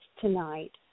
tonight